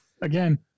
Again